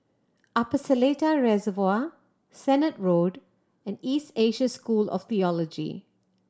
Upper Seletar Reservoir Sennett Road and East Asia School of Theology